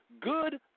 good